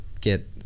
get